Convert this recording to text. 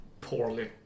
poorly